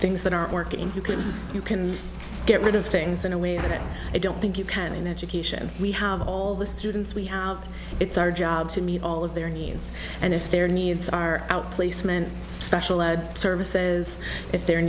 things that are working you can you can get rid of things in a way that i don't think you can in education we have all the students we have it's our job to meet all of their needs and if their needs are outplacement special ed services if their